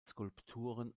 skulpturen